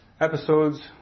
episodes